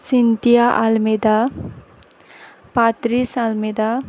Cynthia Almeida Patrice Almeida